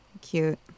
cute